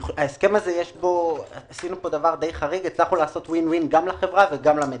בהסכם הזה הצלחנו לעשות ווין ווין גם לחברה וגם למדינה,